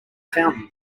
fountain